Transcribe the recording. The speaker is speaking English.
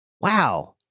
Wow